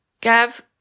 Gav